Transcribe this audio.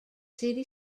city